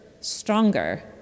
stronger